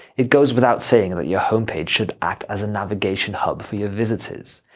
it goes without saying that your homepage should act as a navigation hub for your visitors.